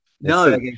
No